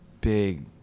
big